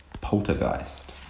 Poltergeist